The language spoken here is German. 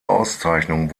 auszeichnung